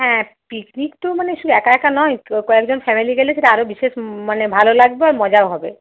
হ্যাঁ পিকনিক তো শুধু মানে একা একা নয় তো কয়েকজন ফ্যামিলি গেলে সেটা আরও বিশেষ মানে ভালো লাগবে আর মজাও হবে